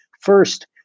First